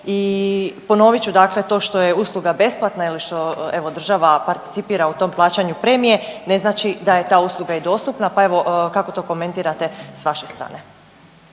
i ponovit ću, dakle, to što je usluga besplatna ili što, evo, država participira u tom plaćanju premijer, ne znači da je ta usluga i dostupna, pa evo, kako to komentirate s vaše strane?